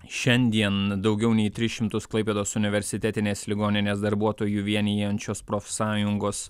šiandien daugiau nei tris šimtus klaipėdos universitetinės ligoninės darbuotojų vienijančios profsąjungos